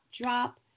drop